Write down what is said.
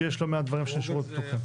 כי יש לא מעט דברים שנשארו פתוחים.